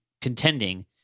contending